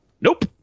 nope